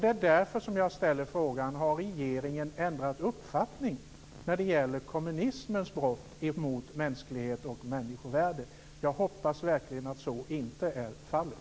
Det är därför som jag ställer frågan: Har regeringen ändrat uppfattning när det gäller kommunismens brott mot mänsklighet och människovärde? Jag hoppas verkligen att så inte är fallet.